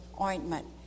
ointment